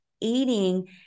eating